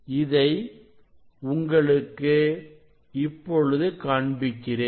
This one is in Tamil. இதை உங்களுக்கு இப்பொழுது காண்பிக்கிறேன்